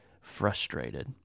frustrated